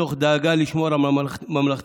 מתוך דאגה לשמור על ממלכתיות